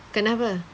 kenapa